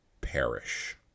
perish